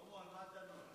שלמה, על מה אתה נואם?